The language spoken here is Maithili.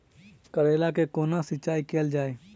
करैला केँ कोना सिचाई कैल जाइ?